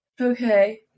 Okay